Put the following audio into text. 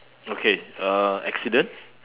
okay uh accident